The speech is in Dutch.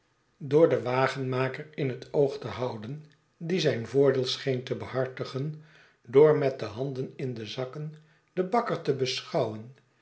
slechts den wagenmaker in het oog te houden die zijn voordeel scheen te behartigen door met de handen in de zakken den bakker te beschouwen